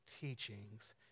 teachings